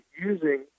using